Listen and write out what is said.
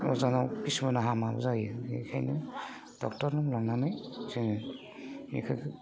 अजानाव किसुमाना हामाबो जायो बेखायनो ड'क्टरनाव लांनानै जों इफोरखौ